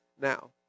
now